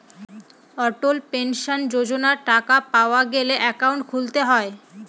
অটল pension যোজনার টাকা পাওয়া গেলে একাউন্ট খুলতে হয়